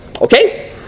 Okay